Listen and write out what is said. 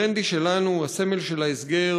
ברנדי שלנו, הסמל של ההסגר,